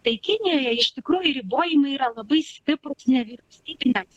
tai kinijoje iš tikrųjų ribojimai yra labai stiprūs nevyriausybiniams